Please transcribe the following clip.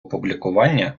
опублікування